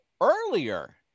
earlier